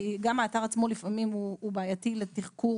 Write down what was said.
גם כי לפעמים האתר עצמו הוא בעייתי לתחקור